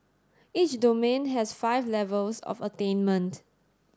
each domain has five levels of attainment